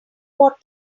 water